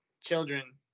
children